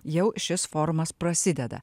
jau šis forumas prasideda